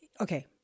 Okay